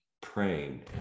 praying